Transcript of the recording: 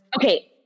Okay